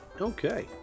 Okay